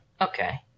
Okay